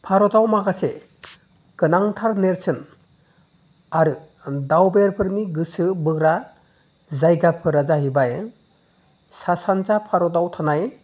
भारताव माखासे गोनांथार नेरसोन आरो दावबायारिफोरनि गोसो बोग्रा जायगाफोरा जाहैबाय सा सानजा भारताव थानाय